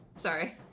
Sorry